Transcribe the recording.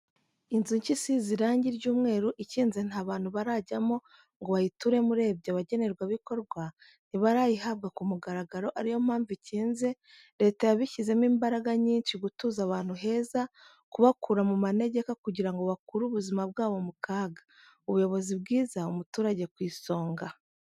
Inzu nshya isize irangi ry'umweru ikinze nta bantu barajyamo ngo bayituremo urebye abagenerwa bikorwa ntibarayihabwa kumugararo ariyo mpamvu ikinze leta yabishyizemo imbaraga nyinshi gutuza abantu heza kubakura mumanegeka kugirango bakure ubuzima bwabo mukaga. ubuyobozi bwiza umuturage kwisonga.